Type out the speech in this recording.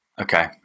Okay